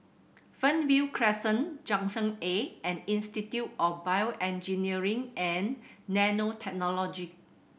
Fernvale Crescent Junction Eight and Institute of BioEngineering and Nanotechnology